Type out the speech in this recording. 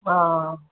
अँ